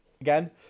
Again